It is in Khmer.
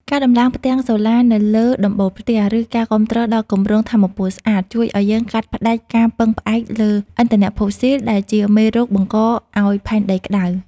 ការដំឡើងផ្ទាំងសូឡានៅលើដំបូលផ្ទះ ឬការគាំទ្រដល់គម្រោងថាមពលស្អាត ជួយឱ្យយើងកាត់ផ្ដាច់ការពឹងផ្អែកលើឥន្ធនៈផូស៊ីល ដែលជាមេរោគបង្កឱ្យផែនដីក្ដៅ។